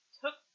took